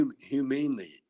humanely